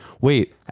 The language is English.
Wait